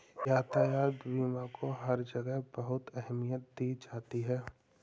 यातायात बीमा को हर जगह बहुत अहमियत दी जाती है